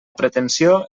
pretensió